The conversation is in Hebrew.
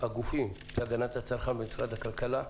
נציגי הגנת הצרכן במשרד הכלכלה,